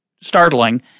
startling